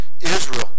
Israel